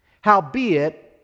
Howbeit